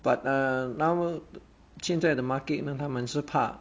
but err now 现在的 market 呢他们是怕